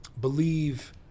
Believe